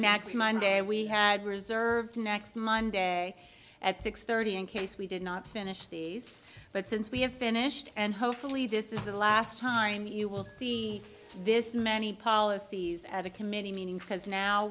next monday we had reserved next monday at six thirty in case we did not finish these but since we have finished and hopefully this is the last time you will see this many policies at a committee meeting has now